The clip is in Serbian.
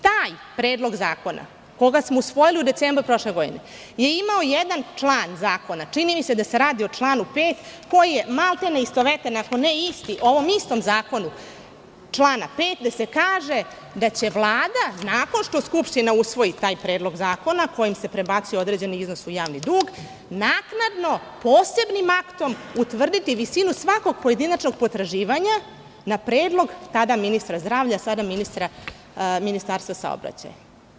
Taj predlog zakona koji smo usvojili u decembru prošle godine je imao jedan član zakona, čini mi se da se radi o članu 5. koji je maltene istovetan, ako ne isti u ovom istom zakonu člana 5. gde se kaže da će Vlada nakon što Skupština usvoji taj predlog zakona, kojim se prebacuje određeni iznos u javni dug, naknadno posebnim aktom, utvrditi visinu svakog pojedinačnog potraživanja na predlog, tada ministra zdravlja, sada Ministarstva saobraćaja.